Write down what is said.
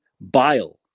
bile